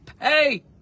pay